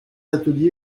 ateliers